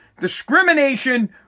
Discrimination